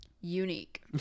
unique